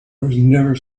never